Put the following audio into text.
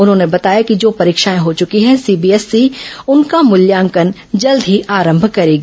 उन्होंने बताया कि जो परीक्षाएं हो चुकी हैं सीबीएसई उनका मूल्यांकन जल्दी ही आरंभ करेगी